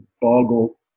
boggle